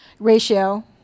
Ratio